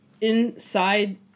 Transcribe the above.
inside